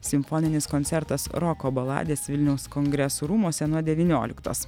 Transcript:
simfoninis koncertas roko baladės vilniaus kongresų rūmuose nuo devynioliktos